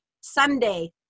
Sunday